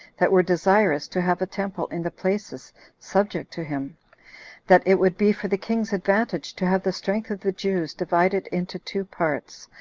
that were desirous to have a temple in the places subject to him that it would be for the king's advantage to have the strength of the jews divided into two parts,